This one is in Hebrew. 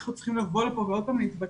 אנחנו צריכים לבוא לפה ועוד פעם להתווכח?